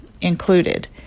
included